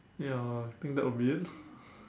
ya I think that will be it